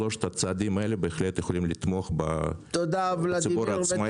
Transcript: שלושת הצעדים האלה בהחלט יכולים לתמוך בציבור העצמאים,